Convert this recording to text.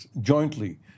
jointly